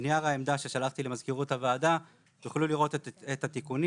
בנייר העמדה ששלחתי למזכירות הוועדה תוכלו לראות את התיקונים